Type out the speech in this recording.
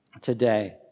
today